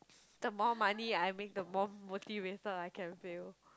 the more money I make the more motivated I can feel